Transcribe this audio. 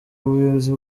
ubuyobozi